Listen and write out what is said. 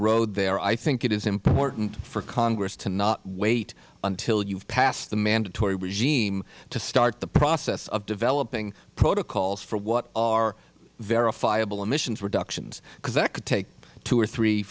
road there i think it is important for congress to not wait until you've passed the mandatory regime to start the process of developing protocols for what are verifiable emissions reductions because that could take two or three